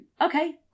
okay